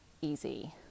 easy